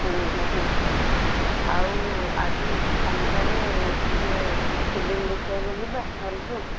ହଁ ହଁ ହଁ ଆଉ ଆଜି ସନ୍ଧ୍ୟାରେ ଟିକେ ଫିଲ୍ମ ଦେଖିବାକୁ ଯିବା ହଲ୍କୁ